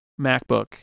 MacBook